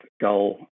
goal